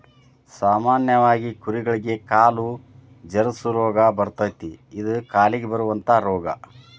ಸಾಮಾನ್ಯವಾಗಿ ಕುರಿಗಳಿಗೆ ಕಾಲು ಜರಸು ರೋಗಾ ಬರತತಿ ಇದ ಕಾಲಿಗೆ ಬರುವಂತಾ ರೋಗಾ